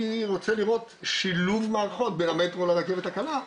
רוצה לראות שילוב מערכות בין המטרו לרכבת הקלה,